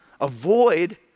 Avoid